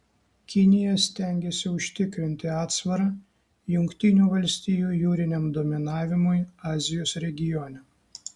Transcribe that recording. kinija stengiasi užtikrinti atsvarą jungtinių valstijų jūriniam dominavimui azijos regione